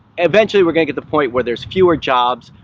eventually, we're gonna get the point where there's fewer jobs,